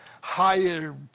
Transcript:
higher